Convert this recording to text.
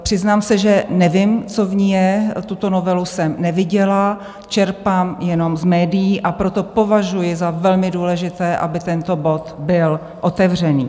Přiznám se, že nevím, co v ní je, tuto novelu jsem neviděla, čerpám jenom z médií, a proto považuji za velmi důležité, aby tento bod byl otevřen.